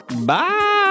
Bye